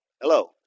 Hello